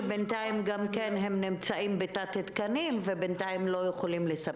שבינתיים גם כן הם נמצאים בתת תקנים ובינתיים לא יכולים לספק.